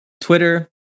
Twitter